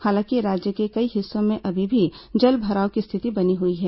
हालांकि राज्य के कई हिस्सों में अभी भी जलभराव की स्थिति बनी हुई है